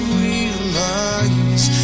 realize